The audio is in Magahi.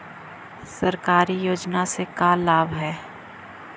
सरकारी योजना से का लाभ है?